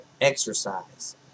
exercise